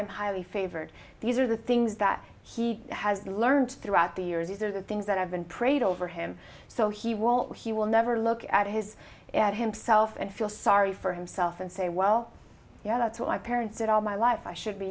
am highly favored these are the things that he has learned throughout the years these are the things that have been prayed over him so he won't he will never look at his and himself and feel sorry for himself and say well yeah that's what my parents did all my life i should be